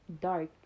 dark